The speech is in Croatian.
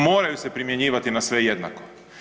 Moraju se primjenjivati na sve jednako.